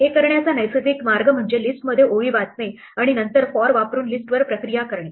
हे करण्याचा नैसर्गिक मार्ग म्हणजे लिस्टमध्ये ओळी वाचणे आणि नंतर for वापरून लिस्टवर प्रक्रिया करणे